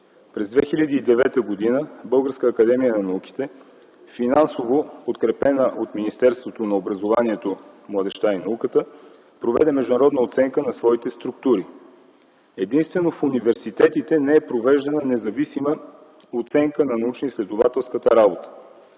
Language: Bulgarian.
През 2009 г. Българската академия на науките, финансово подкрепена от Министерството на образованието, младежта и науката, проведе международна оценка на своите структури. Единствено в университетите не е провеждана независима оценка на научноизследователската работа.